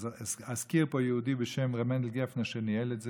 אזכיר פה יהודי בשם רב מנדל גפנר, שניהל את זה.